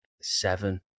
seven